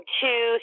two